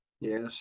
Yes